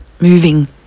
moving